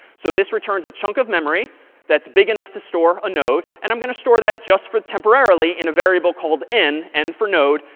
so this returns that chunk of memory that's big enough to store a node. and i'm going to store that just for temporarily in a variable called n, n for node,